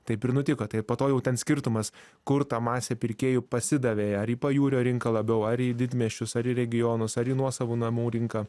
taip ir nutiko tai po to jau ten skirtumas kur ta masė pirkėjų pasidavė ar į pajūrio rinką labiau ar į didmiesčius ar į regionus ar į nuosavų namų rinką